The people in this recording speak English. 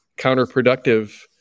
counterproductive